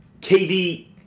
KD